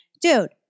dude